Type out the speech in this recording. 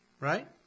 Right